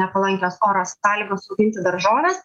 nepalankios oro sąlygos auginti daržoves